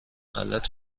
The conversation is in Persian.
بهغلط